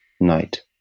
night